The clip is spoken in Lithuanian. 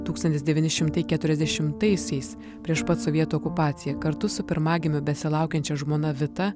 tūkstantis devyni šimtai keturiasdešimtaisiais prieš pat sovietų okupaciją kartu su pirmagimio besilaukiančia žmona vita